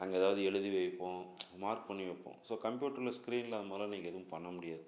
அங்கே ஏதாவது எழுதி வைப்போம் மார்க் பண்ணி வைப்போம் ஸோ கம்ப்யூட்ரில் ஸ்க்ரீனில் அந்த மாதிரிலாம் நீங்கள் எதுவும் பண்ண முடியாது